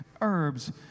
herbs